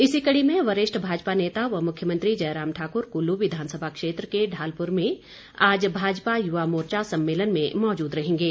इसी कड़ी में वरिष्ठ भाजपा नेता व मुख्यमंत्री जयराम ठाकुर कुल्लू विधानसभा क्षेत्र के ढालपूर में आज भाजपा युवा मोर्चा सम्मेलन में मौजूद रहेंगे